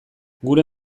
gure